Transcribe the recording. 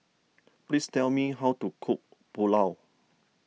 please tell me how to cook Pulao